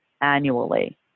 annually